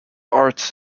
arts